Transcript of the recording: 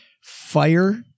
Fire